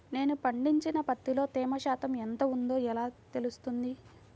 నేను పండించిన పత్తిలో తేమ శాతం ఎంత ఉందో ఎలా తెలుస్తుంది?